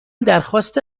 درخواست